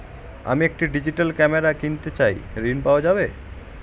আমি একটি digital camera কিনতে চাই ঝণ পাওয়া যাবে?